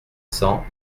cent